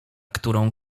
którą